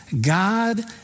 God